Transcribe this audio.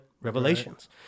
Revelations